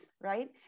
right